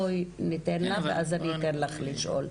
בואי ניתן לה ואז אני אתן לך לשאול.